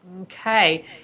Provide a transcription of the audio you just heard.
Okay